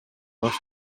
баш